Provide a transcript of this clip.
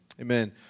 Amen